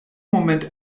moment